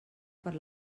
per